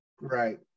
Right